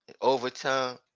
overtime